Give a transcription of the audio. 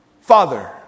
Father